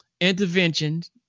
interventions